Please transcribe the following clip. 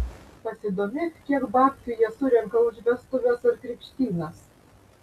pasidomėk kiek babkių jie surenka už vestuves ar krikštynas